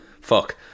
Fuck